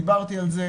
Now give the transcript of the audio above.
דיברתי על כך.